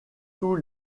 tous